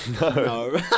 no